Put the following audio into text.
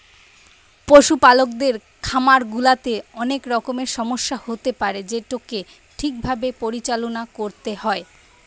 পশুপালকের খামার গুলাতে অনেক রকমের সমস্যা হতে পারে যেটোকে ঠিক ভাবে পরিচালনা করতে হয়